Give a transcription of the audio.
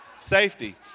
safety